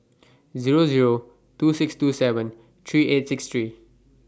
Zero Zero two six two seven three eight six three